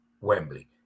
Wembley